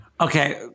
Okay